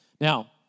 Now